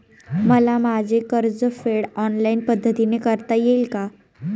मला माझे कर्जफेड ऑनलाइन पद्धतीने करता येईल का?